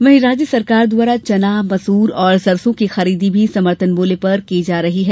वहीं राज्य सरकार द्वारा चना मसूर और सरसों की खरीदी भी समर्थन मूल्य पर की जा रही है